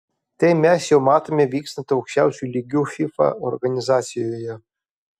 tai mes jau matome vykstant aukščiausiu lygiu fifa organizacijoje